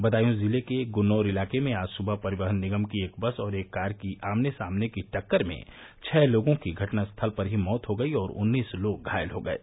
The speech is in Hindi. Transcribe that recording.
बदायूं ज़िले के गुन्नौर इलाके में आज सुबह परिवहन निगम की एक बस और एक कार की आमने सामने की टक्कर में छह लोगों की घटनास्थल पर ही मौत हो गई और उन्नीस लोग घायल हो गये